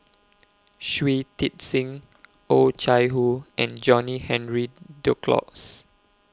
Shui Tit Sing Oh Chai Hoo and John Henry Duclos